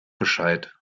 bescheid